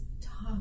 talk